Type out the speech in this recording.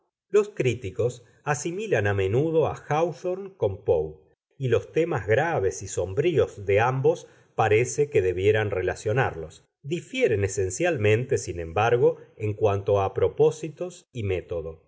los críticos asimilan a menudo a háwthorne con poe y los temas graves y sombríos de ambos parece que debieran relacionarlos difieren esencialmente sin embargo en cuanto a propósitos y método